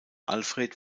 alfred